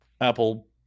Apple